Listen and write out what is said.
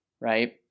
right